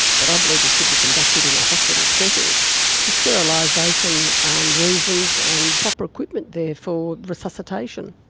but i believe it should be conducted in a hospital setting for sterilisation reasons and proper equipment there for resuscitation.